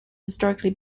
historically